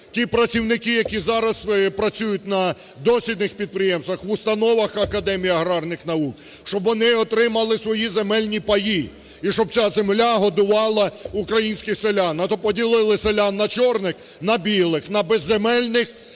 ті працівники, які зараз працюють на дослідних підприємствах, в установах Академії аграрних наук, щоб вони отримали свої земельні паї і щоб ця земля годувала українських селян, а то поділили селян на "чорних", на "білих", на безземельних